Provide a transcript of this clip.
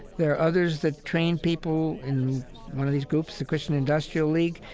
there are others that train people. in one of these groups, the christian industrial league,